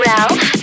Ralph